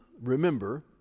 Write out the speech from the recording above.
Remember